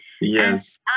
Yes